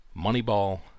Moneyball